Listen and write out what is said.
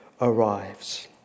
arrives